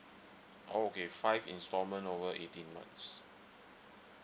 okay five instalment over eighteen months